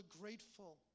grateful